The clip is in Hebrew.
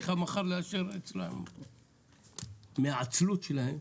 מהעצלות שלהם,